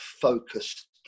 focused